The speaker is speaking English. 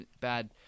bad